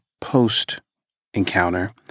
post-encounter